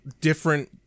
different